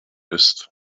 ist